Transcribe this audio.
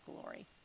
glory